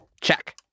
Check